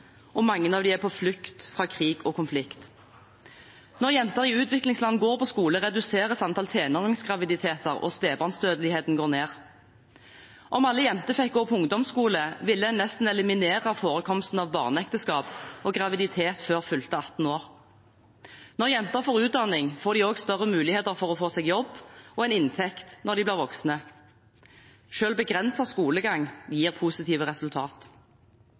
og mange av dem er på flukt fra krig og konflikt. Når jenter i utviklingsland går på skole, reduseres antall tenåringsgraviditeter, og spedbarnsdødeligheten går ned. Om alle jenter fikk gå på ungdomsskole, ville man nesten eliminere forekomsten av barneekteskap og graviditet før fylte 18 år. Når jenter får utdanning, får de også større muligheter til å få seg jobb og en inntekt når de blir voksne. Selv begrenset skolegang gir positive resultat.